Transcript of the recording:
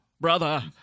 brother